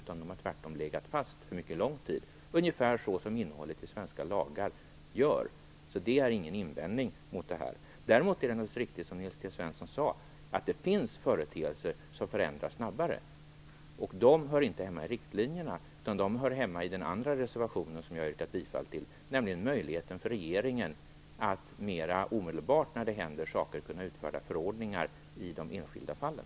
De har tvärtom legat fast för mycket lång tid, ungefär så som innehållet i svenska lagar gör. Detta kan alltså inte vara någon invändning. Däremot är det riktigt som Nils T Svensson sade, att det finns företeelser som förändras snabbare, men dessa har inget samband med riktlinjerna, utan de hör hemma i den andra reservationen som jag har yrkat bifall till. Det gäller möjligheten för regeringen att mera omedelbart när det händer saker kunna utfärda förordningar i de enskilda fallen.